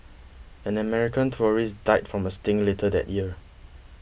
an American tourist died from a sting later that year